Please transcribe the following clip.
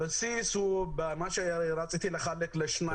הבסיס הוא במה שרציתי לחלק לשניים.